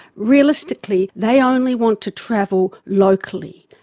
realistically they only want to travel locally.